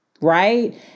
right